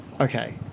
okay